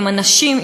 הנשים,